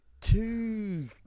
two